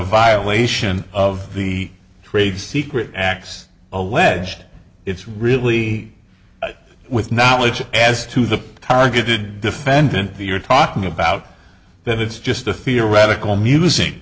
violation of the trade secret acts alleged it's really with knowledge as to the targeted defendant you're talking about then it's just a theoretical musing